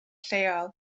lleol